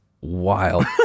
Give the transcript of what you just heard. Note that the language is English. wild